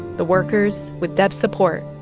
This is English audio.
the workers, with debs' support,